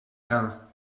error